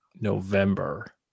November